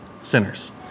sinners